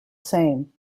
same